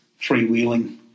freewheeling